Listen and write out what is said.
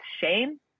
shame